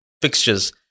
fixtures